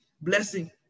blessing